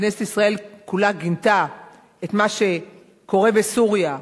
כנסת ישראל כולה גינתה את מה שקורה בסוריה.